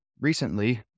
recently